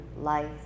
life